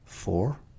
Four